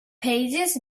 pages